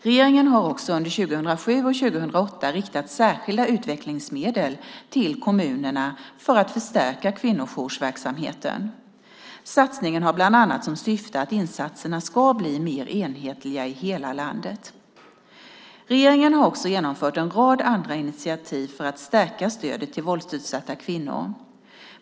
Regeringen har också under 2007 och 2008 riktat särskilda utvecklingsmedel till kommunerna för att förstärka kvinnojoursverksamheten. Satsningen har bland annat som syfte att insatserna ska bli mer enhetliga i hela landet. Regeringen har också genomfört en rad andra initiativ för att stärka stödet till våldsutsatta kvinnor.